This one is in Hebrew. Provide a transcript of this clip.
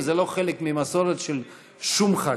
וזה לא חלק ממסורת של שום חג.